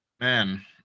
Man